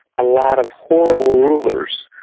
a lot of horrible rulers,